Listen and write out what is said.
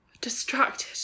distracted